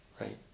right